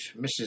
Mrs